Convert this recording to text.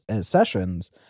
sessions